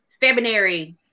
February